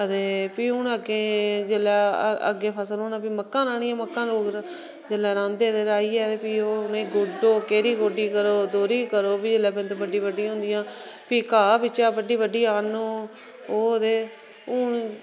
आ ते फ्ही हुन अग्गें जेल्लै अग्गै फसल होना फ्ही मक्कां राह्नियां मक्कां लोग जेल्लै राहंदे ते रहाइयै ते फ्ही ओह् उनेंगी गुड्डो केह्री गोड्डी करो दोह्री करो फ्ही जेल्लै बिंद बड्डी बड्डी होंदियां फ्ही घाह् बिच्चा बड्ढी बड्ढियै आहन्नो ओह् ते हुन